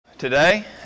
today